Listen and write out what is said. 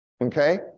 okay